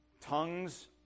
tongues